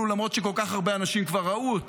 למרות שכל כך הרבה אנשים כבר ראו אותו.